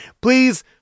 Please